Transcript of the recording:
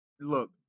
look